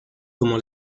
como